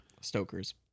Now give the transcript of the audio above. Stoker's